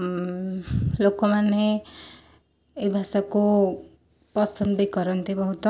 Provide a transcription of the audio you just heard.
ଲୋକମାନେ ଏଇ ଭାଷାକୁ ପସନ୍ଦ ବି କରନ୍ତି ବହୁତ